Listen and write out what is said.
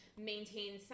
Maintain